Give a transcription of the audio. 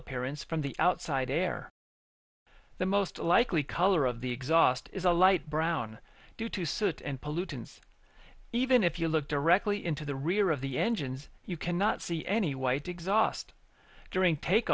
appearance from the outside air the most likely color of the exhaust is a light brown due to certain pollutants even if you look directly into the rear of the engines you cannot see any white exhaust during take